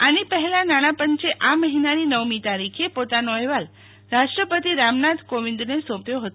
આની પહેલા નાણાપંચે આ મહિનાની નવમી તારીખે પોતાનો અહેવાલ રાષ્ટ્રપતિ રામનાથ કોવિંદને સોંપ્યો હતો